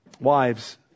Wives